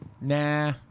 Nah